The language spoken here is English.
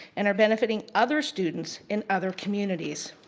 and are benefiting other students in other communities.